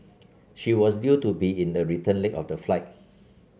she was due to be in the return leg of the flight